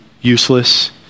useless